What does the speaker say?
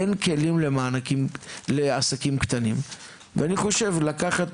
אין כלים לעסקים קטנים ואני חושב שלקחת